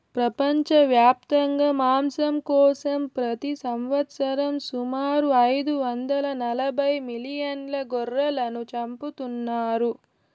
ప్రపంచవ్యాప్తంగా మాంసం కోసం ప్రతి సంవత్సరం సుమారు ఐదు వందల నలబై మిలియన్ల గొర్రెలను చంపుతున్నారు